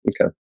Okay